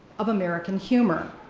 of american humor.